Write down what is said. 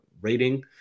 rating